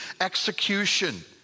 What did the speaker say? execution